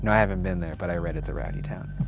and i haven't been there but i read it's a rowdy town.